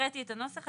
הקראתי את הנוסח.